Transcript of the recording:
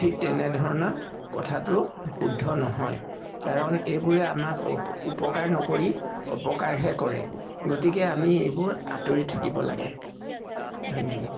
ঠিক তেনেধৰণৰ কথাটো শুদ্ধ নহয় কাৰণ এইবোৰে আমাক উপকাৰ নকৰি অপকাৰহে কৰে গতিকে আমি এইবোৰ আঁতৰি থাকিব লাগে ধন্যবাদ